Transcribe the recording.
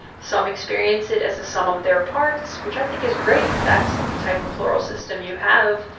some experience it as a sum of their parts, which i think is great if that's the type of plural system you have,